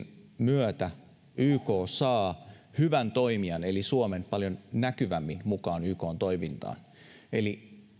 myötä yk saa hyvän toimijan eli suomen paljon näkyvämmin mukaan ykn toimintaan eli